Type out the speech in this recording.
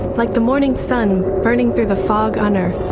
like the morning sun burning through the fog on earth.